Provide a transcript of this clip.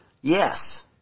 yes